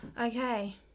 Okay